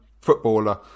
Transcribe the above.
footballer